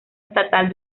estatal